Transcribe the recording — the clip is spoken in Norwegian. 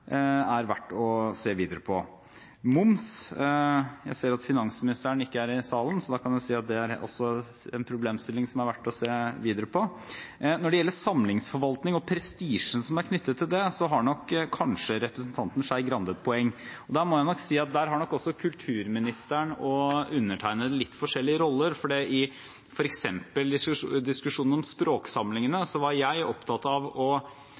er verdt å se videre på. Moms – jeg ser at finansministeren ikke er i salen, så da kan jeg si at det også er en problemstilling som er verdt å se videre på. Når det gjelder samlingsforvaltning og prestisjen som er knyttet til det, har nok representanten Skei Grande et poeng. Jeg må nok si at der har kulturministeren og undertegnede litt forskjellige roller, for f.eks. i diskusjonen om språksamlingene var jeg opptatt av å